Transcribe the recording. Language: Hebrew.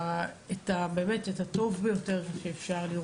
את הטוב ביותר שאפשר.